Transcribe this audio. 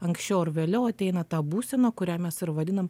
anksčiau ar vėliau ateina ta būsena kurią mes ir vadinam